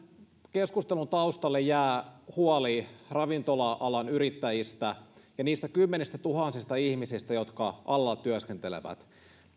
keskustelun taustalle jää huoli ravintola alan yrittäjistä ja niistä kymmenistä tuhansista ihmisistä jotka alalla työskentelevät